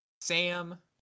Sam